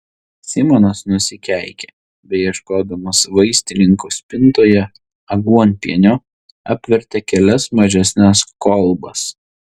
simonas nusikeikė beieškodamas vaistininko spintoje aguonpienio apvertė kelias mažesnes kolbas